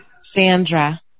Sandra